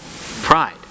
Pride